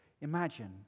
Imagine